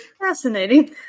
fascinating